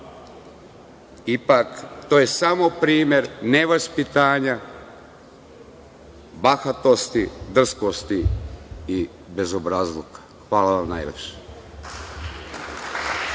ipak to je samo primer nevaspitanja, bahatosti, drskosti i bezobrazluka. Hvala vam najlepše.